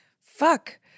fuck